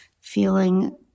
feeling